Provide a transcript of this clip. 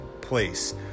place